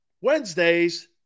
wednesdays